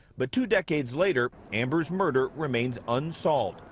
but two decades later, amber's murder remains unsolved.